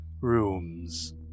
rooms